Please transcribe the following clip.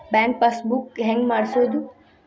Bank passbook ಹೆಂಗ್ ಮಾಡ್ಸೋದು?